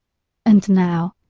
and now,